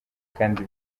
kandi